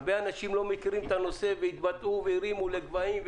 הרבה אנשים לא מכירים את הנושא והתבטאו והרימו לגבהים,